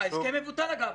ההסכם מבוטל, אגב.